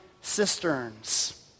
cisterns